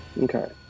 Okay